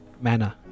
manner